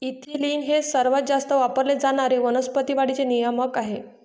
ethylene हे सर्वात जास्त वापरले जाणारे वनस्पती वाढीचे नियामक आहे